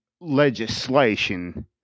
legislation